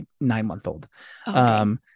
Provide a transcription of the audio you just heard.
nine-month-old